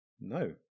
No